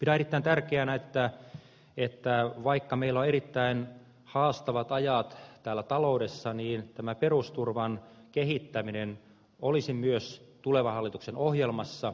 pidän erittäin tärkeänä että vaikka meillä on erittäin haastavat ajat taloudessa niin perusturvan kehittäminen olisi myös tulevan hallituksen ohjelmassa